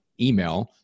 email